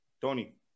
Tony